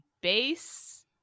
base